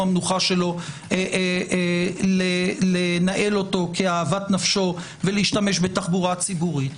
המנוחה שלו לנהל אותו כאוות נפשו ולהשתמש בתחבורה ציבורית.